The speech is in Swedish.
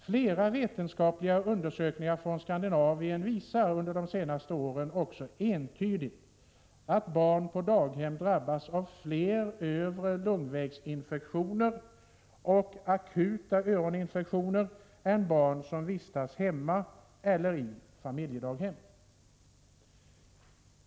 Flera vetenskapliga undersökningar från Skandinavien under de senaste åren visar entydigt att barn på daghem drabbas av fler infektioner i övre luftvägar och akuta öroninfektioner än barn som vistas hemma eller i familjedaghem.